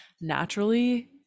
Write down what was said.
naturally